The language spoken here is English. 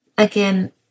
Again